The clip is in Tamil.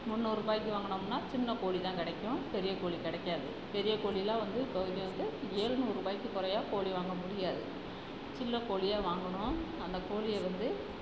முந்நூறுபாய்க்கு வாங்குனோம்னால் சின்னக் கோழி தான் கிடைக்கும் பெரிய கோழி கிடைக்காது பெரிய கோழிலாம் வந்து இப்போ இங்கே வந்து ஏழ்நூறுபாய்க்கி குறைய கோழி வாங்க முடியாது சின்னக் கோழியா வாங்கணும் அந்தக் கோழிய வந்து